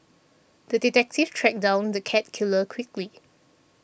the detective tracked down the cat killer quickly